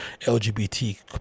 lgbt